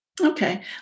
Okay